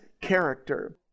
character